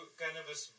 cannabis